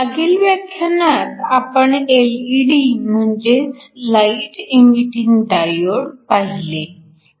मागील व्याख्यानात आपण एलईडी म्हणजेच लाईट इमिटिंग डायोड पाहिले